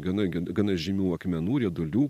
gana gana žymių akmenų riedulių